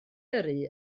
yrru